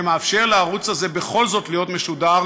שמאפשר לערוץ הזה בכל זאת להיות משודר